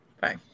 Bye